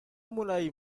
mulai